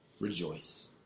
Rejoice